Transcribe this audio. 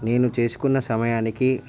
నేను చేసుకున్న సమయానికి